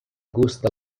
gusta